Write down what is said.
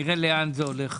נראה לאן זה הולך,